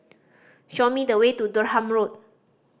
show me the way to Durham Road